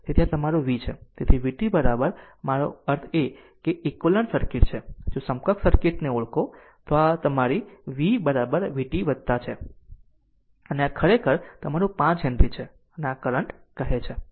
તેથી આ તમારું v છે તેથી vt મારો અર્થ એ છે કે ઇક્વલન્સ સર્કિટ જો સમકક્ષ સર્કિટ ને ઓળખો તો આ ખરેખર તમારો v vt વત્તા છે અને આ ખરેખર તમારું 5 હેનરી છે અને આ કરંટ કહે છે